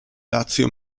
lazio